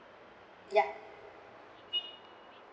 yeah